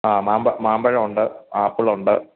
ആ മാമ്പ മാമ്പഴമുണ്ട് ആപ്പിളുണ്ട്